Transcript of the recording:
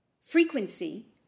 frequency